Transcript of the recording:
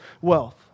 wealth